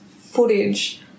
footage